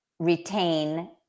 retain